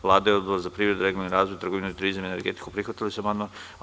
Vlada i Odbor za privredu, regionalni razvoj, trgovinu, turizam i energetika prihvatili su amandman.